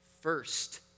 first